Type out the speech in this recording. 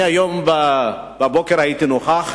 היום בבוקר הייתי נוכח